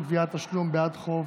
הגבלת מימון עצמי של נבחרי ציבור),